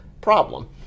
problem